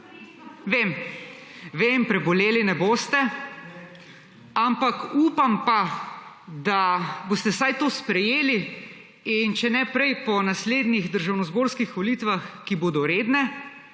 Vem, preboleli ne boste, ampak upam pa, da boste vsaj to sprejeli in če ne prej po naslednjih državnozborskih volitvah, ki bodo redne,